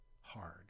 hard